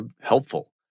helpful